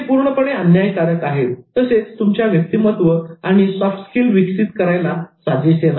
हे पूर्णपणे अन्यायकारक आहे तसेच तुमच्या व्यक्तिमत्व आणि सॉफ्ट स्किल्स विकसित करायला साजेसे नाही